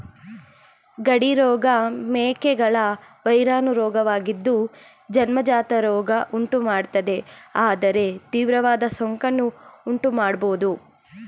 ಗಡಿ ರೋಗ ಮೇಕೆಗಳ ವೈರಾಣು ರೋಗವಾಗಿದ್ದು ಜನ್ಮಜಾತ ರೋಗ ಉಂಟುಮಾಡ್ತದೆ ಆದರೆ ತೀವ್ರವಾದ ಸೋಂಕನ್ನು ಉಂಟುಮಾಡ್ಬೋದು